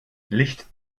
licht